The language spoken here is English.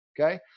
Okay